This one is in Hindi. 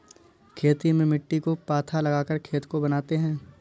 खेती में मिट्टी को पाथा लगाकर खेत को बनाते हैं?